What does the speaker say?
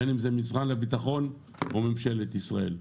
בין אם זה משרד הביטחון ובין אם זו ממשלת ישראל.